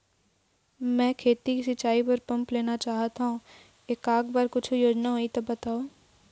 मैं खेती म सिचाई बर पंप लेना चाहत हाव, एकर बर कुछू योजना होही त बताव?